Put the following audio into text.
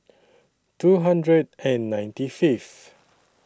two hundred and ninety Fifth